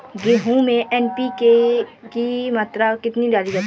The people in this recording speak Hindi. गेहूँ में एन.पी.के की मात्रा कितनी डाली जाती है?